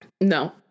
No